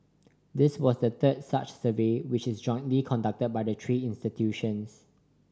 this was the third such survey which is jointly conducted by the three institutions